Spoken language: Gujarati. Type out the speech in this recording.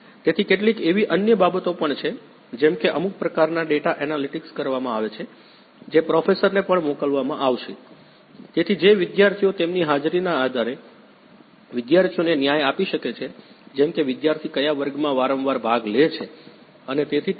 તેથી કેટલીક એવી અન્ય બાબતો પણ છે જેમ કે અમુક પ્રકારના ડેટા એનાલિટિક્સ કરવામાં આવે છે જે પ્રોફેસરને પણ મોકલવામાં આવશે તેથી જે વિદ્યાર્થીઓ તેમની હાજરીના આધારે વિદ્યાર્થીઓને ન્યાય આપી શકે છે જેમ કે વિદ્યાર્થી કયા વર્ગમાં વારંવાર ભાગ લે છે અને તેથી ઠીક છે